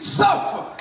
suffer